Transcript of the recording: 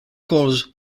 coils